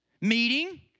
Meeting